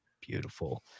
beautiful